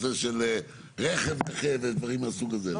זה הנושא של רכב נכה ודברים מהסוג הזה,